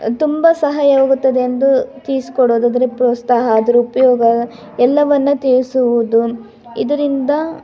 ತುಂಬ ಸಹಾಯವಾಗುತ್ತದೆ ಎಂದು ಕೊಡುದು ಅದ್ರ ಪ್ರೋತ್ಸಾಹ ಅದ್ರ ಉಪಯೋಗ ಎಲ್ಲವನ್ನು ತಿಳಿಸುವುದು ಇದರಿಂದ